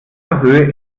höhe